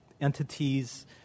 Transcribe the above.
entities